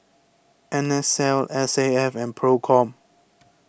N S L S A F and Procom